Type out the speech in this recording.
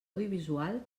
audiovisual